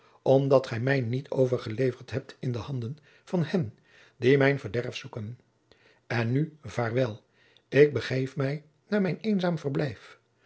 omdat gij mij niet overgeleverd hebt in de handen van hen die mijn verderf zoeken en nu vaarwel ik begeef mij naar mijn eenzaam verblijf